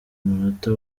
umunota